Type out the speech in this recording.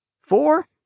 Four